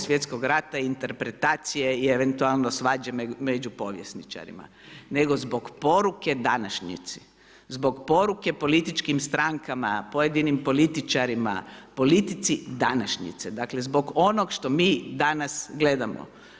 Svj. rata i interpretacije i eventualno svađe među povjesničarima, nego zbog poruke današnjici, zbog poruke političkim strankama, pojedinim političarima, politici današnjice, dakle zbog onog što mi danas gledamo.